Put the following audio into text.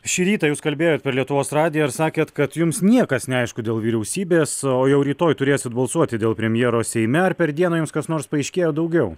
šį rytą jūs kalbėjot per lietuvos radiją ir sakėt kad jums niekas neaišku dėl vyriausybės o jau rytoj turėsit balsuoti dėl premjero seime ar per dieną jums kas nors paaiškėjo daugiau